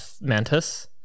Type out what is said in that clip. Mantis